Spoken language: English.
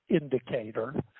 indicator